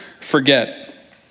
forget